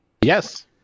Yes